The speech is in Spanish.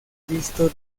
cristo